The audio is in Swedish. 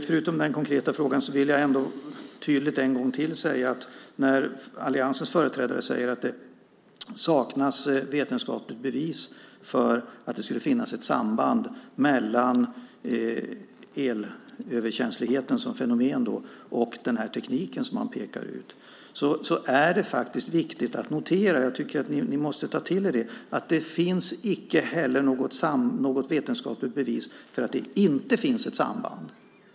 Förutom den konkreta frågan vill jag ändå tydligt en gång till säga att när alliansens företrädare säger att det saknas vetenskapligt bevis för att det skulle finnas ett samband mellan elöverkänsligheten som fenomen och den här tekniken som man pekar ut är det faktiskt viktigt att notera - jag tycker att ni måste ta till er det - att det inte heller finns något vetenskapligt bevis för att det inte finns ett samband.